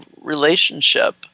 relationship